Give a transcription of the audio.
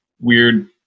weird